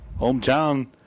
hometown